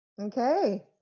Okay